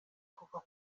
kuva